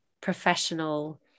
professional